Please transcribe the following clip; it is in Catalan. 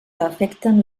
afecten